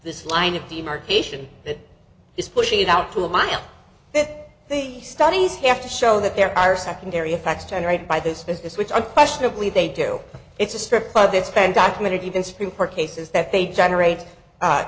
this line of demarcation that is pushing it out to a mile it he studies have to show that there are secondary effects generated by this business which are questionably they do it's a strip club that spend documented even supreme court cases that they generate